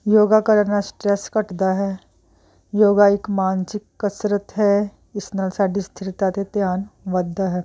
ਯੋਗਾ ਕਰਨ ਨਾਲ ਸਟਰੈਸ ਘੱਟਦਾ ਹੈ ਯੋਗਾ ਇਕ ਮਾਨਸਿਕ ਕਸਰਤ ਹੈ ਇਸ ਨਾਲ ਸਾਡੀ ਸਥਿਰਤਾ ਅਤੇ ਧਿਆਨ ਵੱਧਦਾ ਹੈ